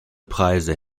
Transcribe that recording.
preise